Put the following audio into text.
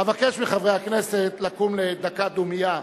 אבקש מחברי הכנסת לקום לדקה דומייה,